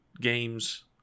games